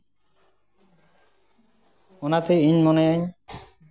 ᱚᱱᱟᱛᱮ ᱤᱧ ᱢᱚᱱᱮᱭᱟᱹᱧ